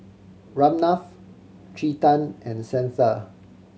Ramnath Chetan and Santha